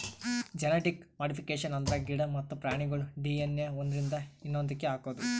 genetic modification ಅಂದ್ರ ಗಿಡ ಮತ್ತ್ ಪ್ರಾಣಿಗೋಳ್ ಡಿ.ಎನ್.ಎ ಒಂದ್ರಿಂದ ಇನ್ನೊಂದಕ್ಕ್ ಹಾಕದು